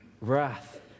wrath